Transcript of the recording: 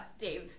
Dave